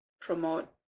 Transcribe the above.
promote